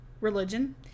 religion